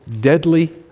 deadly